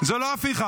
זו לא הפיכה.